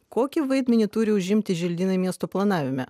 kokį vaidmenį turi užimti želdynai miestų planavime